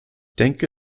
denke